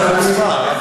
בסדר,